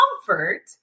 comfort